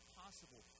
possible